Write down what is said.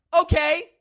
Okay